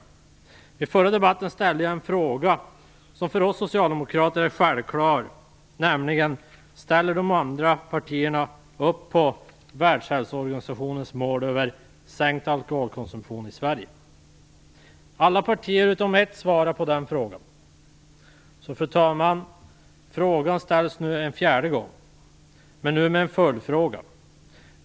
Vid den förra debatten ställde jag en fråga som för oss socialdemokrater är självklar, nämligen om de andra partierna ställer upp på Världshälsoorganisationens mål om en sänkt alkoholkonsumtion i Sverige. Alla partier utom ett svarade på den frågan. Fru talman! Frågan ställs nu en fjärde gång, men nu med en följdfråga.